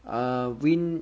err win